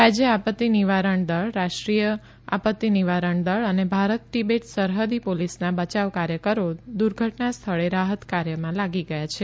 રાજ્ય આપત્તિ નિવારણ દળ રાષ્ટ્રીય આપત્તિ નિવારણ દળ અને ભારત તિબેટ સરહદી પોલીસના બચાવ કાર્યકારો દુર્ધટના સ્થળે રાહત કાર્યમાં લાગી ગયા છે